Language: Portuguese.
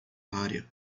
área